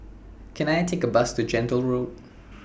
Can I Take A Bus to Gentle Road